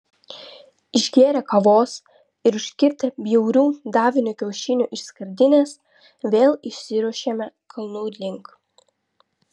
išgėrę kavos ir užkirtę bjaurių davinio kiaušinių iš skardinės vėl išsiruošėme kalnų link